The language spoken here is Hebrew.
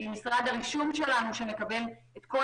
עם משרד הרישום שלנו שמקבל את כל